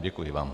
Děkuji vám.